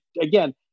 again